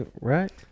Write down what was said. Right